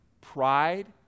pride